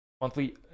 monthly